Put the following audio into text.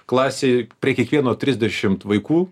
klasėje prie kiekvieno trisdešimt vaikų